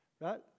right